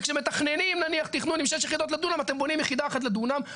וכשמתכננים נניח תכנון עם 6 יחידות לדונם אתם בונים יחידה אחת לדונם,